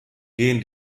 gehen